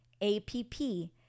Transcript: A-P-P